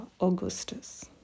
Augustus